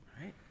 Right